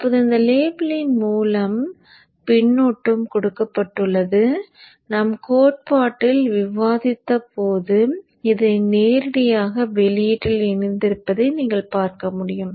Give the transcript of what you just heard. இப்போது இந்த லேபிளின் மூலம் பின்னூட்டம் கொடுக்கப்பட்டுள்ளது நாம் கோட்பாட்டில் விவாதித்தபோது இதை நேரடியாக வெளியீட்டில் இணைத்திருப்பதை நீங்கள் பார்க்க முடியும்